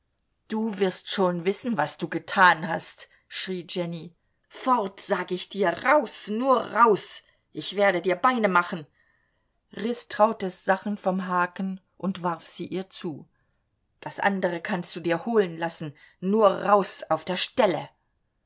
du wirst schon wissen was du getan hast schrie jenny fort sag ich dir raus nur raus ich werde dir beine machen riß trautes sachen vom haken und warf sie ihr zu das andere kannst du dir holen lassen nur raus auf der stelle